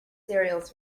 cereals